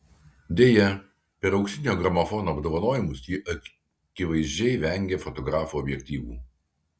deja per auksinio gramofono apdovanojimus ji akivaizdžiai vengė fotografų objektyvų